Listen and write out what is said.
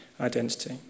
identity